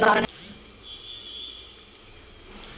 buildings, computer, software, furniture सब अचल संपत्ति के उदाहरण हय